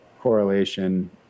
correlation